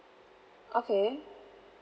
okay